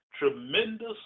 Tremendous